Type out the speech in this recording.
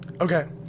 Okay